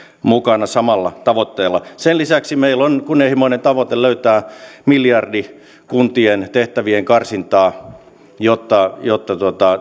mukana samalla tavoitteella sen lisäksi meillä on kunnianhimoinen tavoite löytää miljardi kuntien tehtävien karsintaa jotta jotta